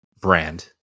brand